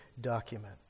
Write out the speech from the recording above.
document